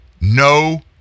No